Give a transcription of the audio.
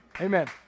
Amen